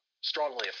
strongly